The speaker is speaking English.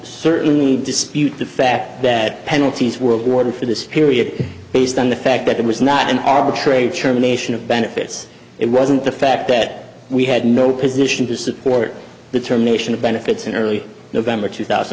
certainly dispute the fact that penalties world order for this period based on the fact that it was not an arbitrator cerm a nation of benefits it wasn't the fact that we had no position to support the term nation benefits in early november two thousand